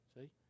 See